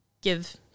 give